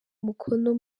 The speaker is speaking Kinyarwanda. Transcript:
umukono